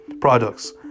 Products